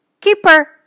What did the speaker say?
Keeper